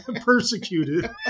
Persecuted